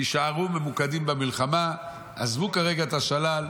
תישארו ממוקדים במלחמה, עזבו כרגע את השלל,